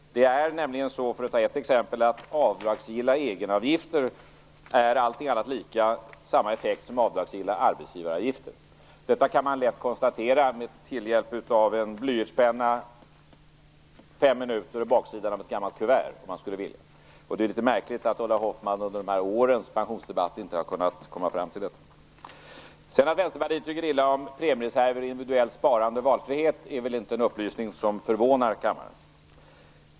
Det är nämligen så att avdragsgilla egenavgifter ger samma effekt som avdragsgilla arbetsgivaravgifter. Detta kan man lätt konstatera med hjälp av en blyertspenna på fem minuter på baksidan av ett gammalt kuvert om man så vill. Det är litet märkligt att Ulla Hoffmann under de här årens pensionsdebatter inte kunnat komma fram till detta. Att Vänsterpartiet tyckt illa om premiereserver, individuellt sparande och om valfrihet är väl inte en upplysning som förvånar kammaren.